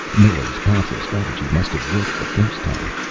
miller's passive strategy must've worked the first time.